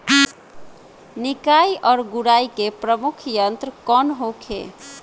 निकाई और गुड़ाई के प्रमुख यंत्र कौन होखे?